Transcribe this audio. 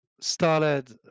started